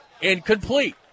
incomplete